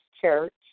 church